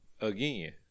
Again